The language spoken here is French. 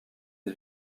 une